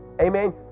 Amen